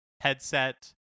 headset